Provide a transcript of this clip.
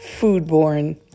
foodborne